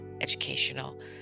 educational